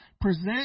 Present